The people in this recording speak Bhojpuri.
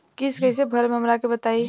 किस्त कइसे भरेम हमरा के बताई?